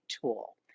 tool